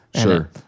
Sure